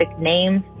names